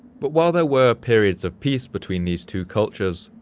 but while there were periods of peace between these two cultures,